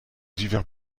divers